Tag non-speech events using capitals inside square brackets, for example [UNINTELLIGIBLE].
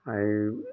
[UNINTELLIGIBLE]